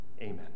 Amen